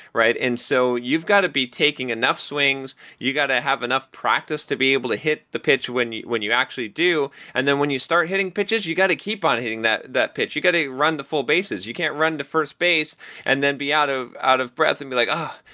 and so you've got to be taking enough swings. you got to have enough practice to be able to hit the pitch when you when you actually do, and then when you start hitting pitches, you got to keep on hitting that that pitch. you got a run the full bases. you can run to first base and then be out of out of breath and be like, oh,